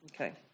Okay